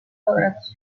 quadrats